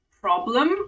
problem